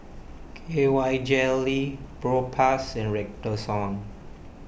K Y Jelly Propass and Redoxon